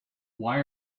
why